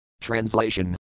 Translation